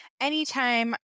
anytime